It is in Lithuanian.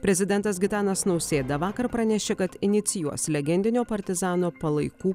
prezidentas gitanas nausėda vakar pranešė kad inicijuos legendinio partizano palaikų